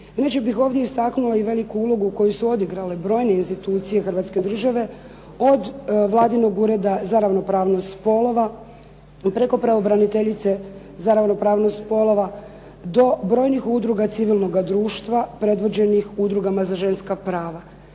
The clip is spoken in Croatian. Inače bih ovdje istaknula i veliku ulogu koju su odigrale brojne institucije Hrvatske države. Od Vladinog ureda za ravnopravnost spolova pa preko pravobraniteljice za ravnopravnost spolova do brojnih udruga civilnoga društva predvođenih udrugama za ženska prava.